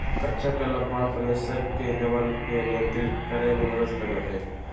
कच्चा केला blood pressure के लेवल के नियंत्रित करय में मदद करो हइ